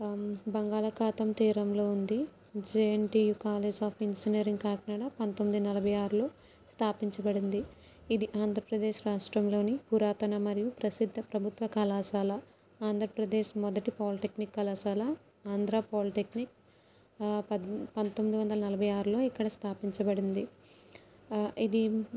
బంగాళాఖాతం తీరంలో ఉంది JNTU college of engineering Kakinada పందొమ్మిది నలభై ఆరులో స్థాపించబడింది ఇది ఆంధ్రప్రదేశ్ రాష్ట్రంలోని పురాతన మరియు ప్రసిద్ధ ప్రభుత్వ కళాశాల ఆంధ్రప్రదేశ్ మొదటి పాలిటెక్నిక్ కళాశాల ఆంధ్ర పాలిటెక్నిక్ పందొమ్మిది వందల నలభై ఆరులో ఇక్కడ స్థాపించబడింది ఇది